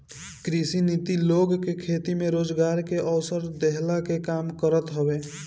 कृषि नीति लोग के खेती में रोजगार के अवसर देहला के काल करत हवे